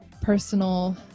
personal